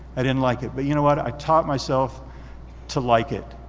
i didn't like it, but you know what? i taught myself to like it.